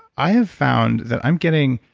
i have found that i'm getting,